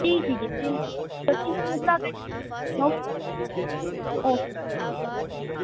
جی جی جی بالکل تو ٹھیک ہے میں اوکے اوکے